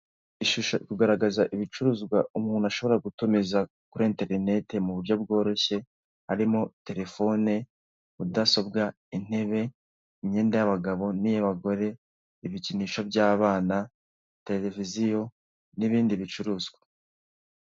Ibicuruzwa umuntu ashobora gutumiza kuri interinete mu buryo bworoshye harimo; telefone, mudasobwa, intebe, imyenda y'abagabo niy'abagore, ibikinisho by'abana, televiziyo n'ibindi bicuruzwa.